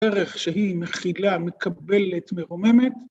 ערך שהיא מכילה, מקבלת, מרוממת.